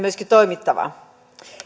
myöskin toimittava